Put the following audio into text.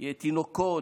תינוקות,